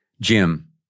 Jim